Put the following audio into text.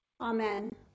amen